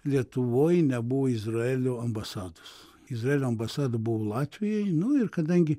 lietuvoj nebuvo izraelio ambasados izraelio ambasada buvo latvijoj nu ir kadangi